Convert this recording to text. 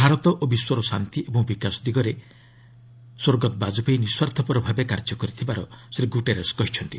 ଭାରତ ଓ ବିଶ୍ୱର ଶାନ୍ତି ଏବଂ ବିକାଶ ଦିଗରେ ସେ ନିଃସ୍ୱାର୍ଥପର ଭାବେ କାର୍ଯ୍ୟ କରିଥିବାର ଶ୍ରୀ ଗୁଟେରସ୍ କହିଛନ୍ତି